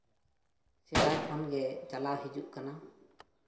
ᱥᱮᱫᱟᱭ ᱠᱷᱚᱱᱜᱮ ᱪᱟᱞᱟᱣ ᱦᱤᱡᱩᱜ ᱠᱟᱱᱟ